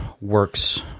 works